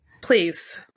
Please